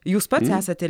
jūs pats esate